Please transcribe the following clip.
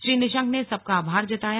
श्री निशंक ने सबका आभार जताया